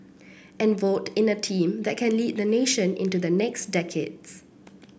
and vote in a team that can lead the nation into the next decades